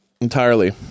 entirely